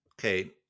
Okay